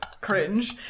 Cringe